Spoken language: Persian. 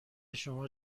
شما